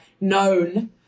known